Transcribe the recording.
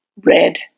red